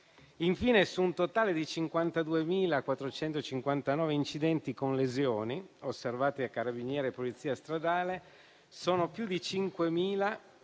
Infine, su un totale di 52.459 incidenti con lesioni, osservati da Carabinieri e Polizia stradale, sono più di 5.000